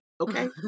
Okay